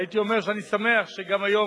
והייתי אומר שאני שמח שגם היום,